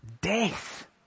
Death